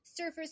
surfers